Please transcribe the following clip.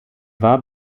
war